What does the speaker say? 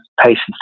patients